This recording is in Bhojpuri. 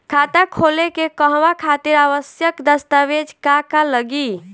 खाता खोले के कहवा खातिर आवश्यक दस्तावेज का का लगी?